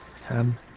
Ten